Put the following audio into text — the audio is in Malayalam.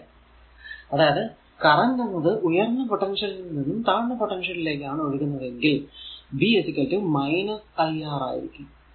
അല്ലെ അതായതു കറന്റ് എന്നത് ഉയർന്ന പൊട്ടൻഷ്യലിൽ നിന്നും താഴ്ന്ന പൊട്ടൻഷ്യലിലേക്കാണ് ഒഴുകുന്നതെങ്കിൽ v എന്നത് iR ആയിരിക്കും